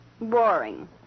Boring